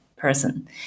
Person